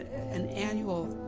an annual,